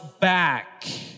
back